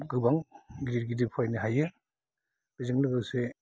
गोबां गिदिर गिदिर फरायनो हायो बेजों लोगोसे